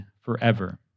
forever